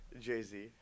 Jay-Z